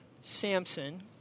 Samson